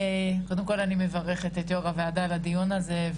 אז קודם כל אני מברכת את יו"ר הוועדה על הדיון הזה,